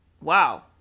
wow